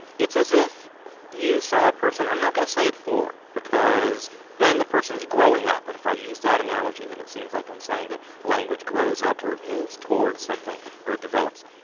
it's as if you saw a person i'm not going to say at four because then the person is growing up, and if i use that analogy then it seems like i'm saying that language grows up or it moves toward something or it develops.